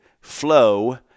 flow